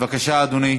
בבקשה, אדוני.